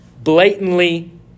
blatantly